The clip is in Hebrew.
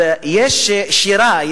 יש שירה,